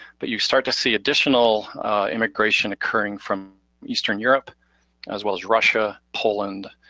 but you start to see additional immigration occurring from eastern europe as well as russia, poland,